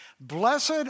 Blessed